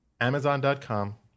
Amazon.com